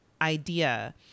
idea